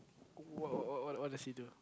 what what what what what does he do